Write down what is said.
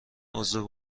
عضو